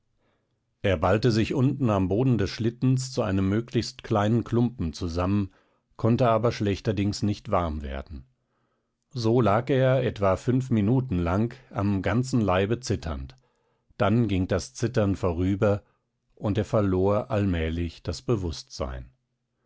er ballte sich unten am boden des schlittens zu einem möglichst kleinen klumpen zusammen konnte aber schlechterdings nicht warm werden so lag er etwa fünf minuten lang am ganzen leibe zitternd dann ging das zittern vorüber und er verlor allmählich das bewußtsein